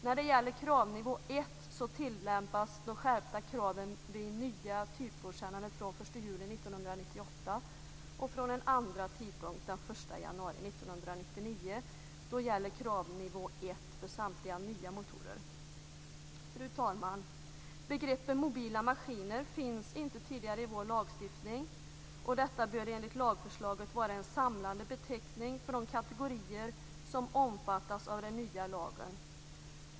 När det gäller kravnivå 1 tillämpas de skärpta kraven vid nya typgodkännanden från den 1 juli 1998. Från den Fru talman! Begreppet mobila maskiner finns inte tidigare i vår lagstiftning. Detta bör enligt lagförslaget vara en samlande beteckning för de kategorier som omfattas av den nya lagen.